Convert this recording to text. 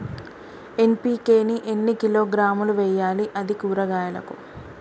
NPK ని ఎన్ని కిలోగ్రాములు వెయ్యాలి? అది కూరగాయలకు?